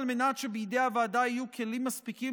על מנת שבידי הוועדה יהיו כלים מספיקים